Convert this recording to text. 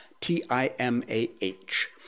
T-I-M-A-H